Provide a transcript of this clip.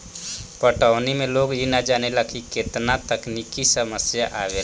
पटवनी में लोग इ ना जानेला की केतना तकनिकी समस्या आवेला